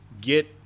get